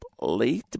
late